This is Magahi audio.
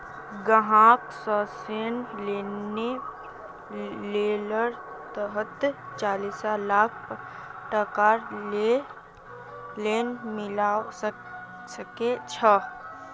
ग्राहकक पर्सनल लोनेर तहतत चालीस लाख टकार लोन मिलवा सके छै